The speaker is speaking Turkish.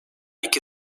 iki